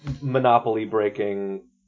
monopoly-breaking